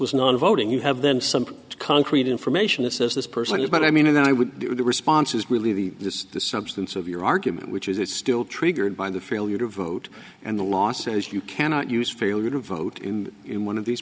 was non voting you have then some concrete information that says this person is but i mean that i would do the response is really the substance of your argument which is still triggered by the failure to vote and the law says you cannot use failure to vote in one of these